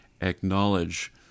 acknowledge